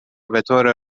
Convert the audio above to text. بطور